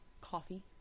coffee